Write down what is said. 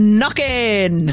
knocking